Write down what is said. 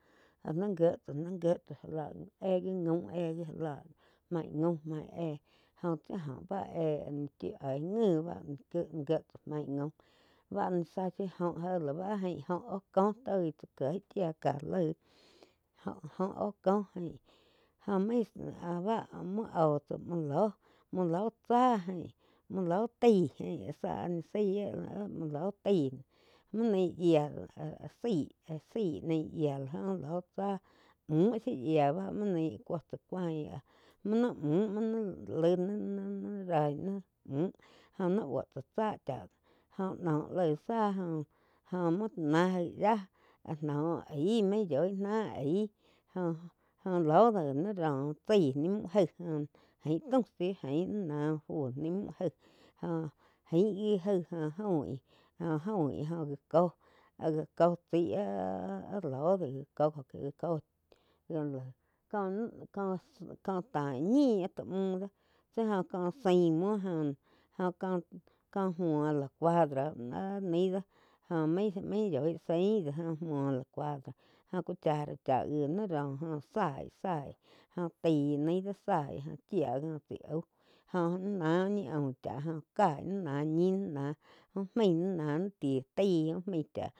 Ah ni guie tsá, ni gie tsá já la éh gi jaum éh ji já la main gaum mai éh joh tsi bá éh chiu aig ngi bá ngie tsáh maig jaum bá ni záh shiu gaum jéh lá bá áh jain óh oj kóh toi tsá kieg chía ká laig óho óh kóh gaí oh main áh báh muo oh tsá muo loh muoh lóh tsá jain muo loh taig ain záh áh ni zaí áh muo ló taí muo ni yía áh zaí ni yíah lá joh ló tzáh mún shiu shia bá ni cúo tsá cuáin muo ni mún muo ni laig ni-ni raig mun jó ni búo tsáh záh chía jóh noh laig záh joh muo náh jaih yía áh noh aig main yoi máh aig jo-jo lóh do gi naí ró úh chai ni mu aíg. Ain taum shíu ni náh úh fu ni muó aig joh ain gi jaig óh oin, óh oin óh gá kóh áh gá có chaí áh loh do gá co-gá có co mu co-co tain ñih tá muh do tsi oh có saim muo jo na có-có muo la cuadro áh naih dó joh main-main yoi zain do jo muo la cuadro joh cucara chá gi ni róh óh záí-záí joh taí naí do záii oh chía có tsái aú joh ni náh úh ñi aum chá joh aig ni ná ñi ni náh úh maig ni náh ni ti taig úh maig.